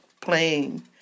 playing